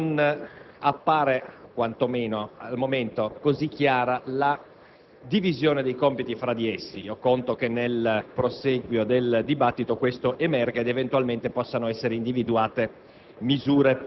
perché non appare, quantomeno al momento, così chiara la divisione di compiti tra di essi. Io conto che nel prosieguo del dibattito questo emerga ed eventualmente possano essere individuate